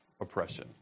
oppression